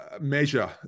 measure